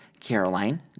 Caroline